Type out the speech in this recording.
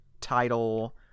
title